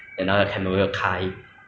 等一下你们 face cam 是需要开的 ah